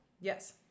Yes